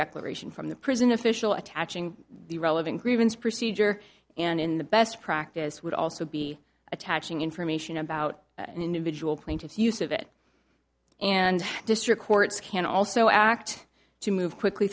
declaration from the prison official attaching the relevant grievance procedure and in the best practice would also be attaching information about an individual plaintiff's use of it and district courts can also act to move quickly